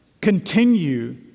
continue